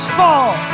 fall